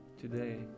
today